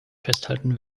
festhalten